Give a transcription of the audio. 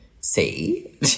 see